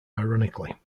ironically